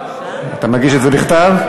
אתה מגיש את זה בכתב?